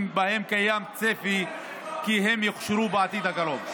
שבהם קיים צפי כי הם יוכשרו בעתיד הקרוב.